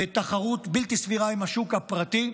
מדובר יהיה בתחרות בלתי סבירה עם השוק הפרטי.